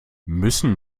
müssen